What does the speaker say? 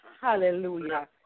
Hallelujah